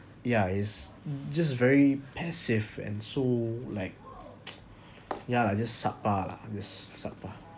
ya it's just very passive and so like ya like just sub par lah just sub par